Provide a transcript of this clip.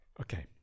okay